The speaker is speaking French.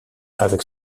avec